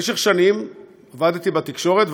במשך שנים עבדתי בתקשורת,